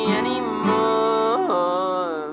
anymore